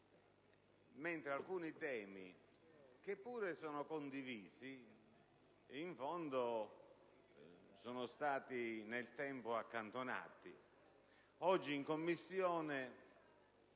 mentre alcuni temi, che pure sono condivisi, in fondo sono stati nel tempo accantonati. Oggi, in Commissione,